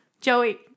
Joey